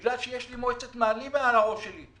בגלל שיש לי מועצת מנהלים מעל הראש שלי.